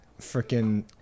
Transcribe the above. freaking